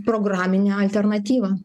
programinę alternatyvą